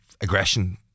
aggression